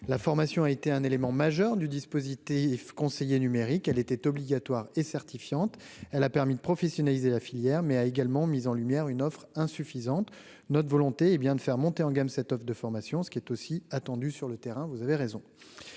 la formation a été un élément majeur du dispositif conseiller numérique, elle était obligatoire et certifiantes elle a permis de professionnaliser la filière mais a également mis en lumière une offre insuffisante, notre volonté est bien de faire monter en gamme, cet oeuf de formation, ce qui est aussi attendu sur le terrain, vous avez raison,